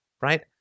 right